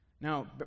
Now